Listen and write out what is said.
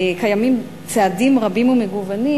קיימים צעדים רבים ומגוונים,